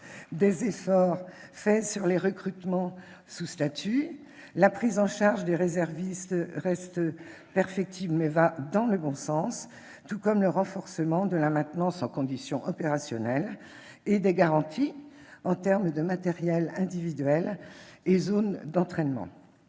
des efforts faits en matière de recrutements sous statut. La prise en charge des réservistes reste perfectible, mais va dans le bon sens, tout comme le renforcement du maintien en condition opérationnelle et des garanties en termes de matériels individuels et de zones d'entraînement.